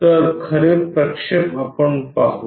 तर खरे प्रक्षेप आपण पाहू